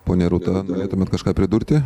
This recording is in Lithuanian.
ponia rūta norėtumėt kažką pridurti